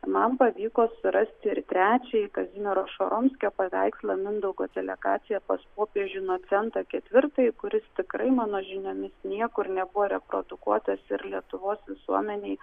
man pavyko surasti ir trečiąjį kazimiero žoromskio paveikslą mindaugo delegacija pas popiežių inocentą ketvirtąjį kuris tikrai mano žiniomis niekur nebuvo reprodukuotas ir lietuvos visuomenei